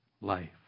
life